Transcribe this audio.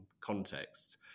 contexts